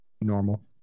Normal